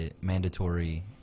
mandatory